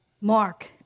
mark